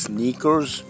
Sneakers